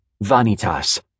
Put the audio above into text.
Vanitas